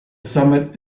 summit